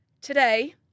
Today